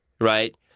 right